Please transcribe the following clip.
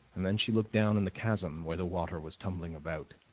and then she looked down in the chasm where the water was tumbling about.